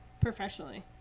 professionally